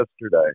yesterday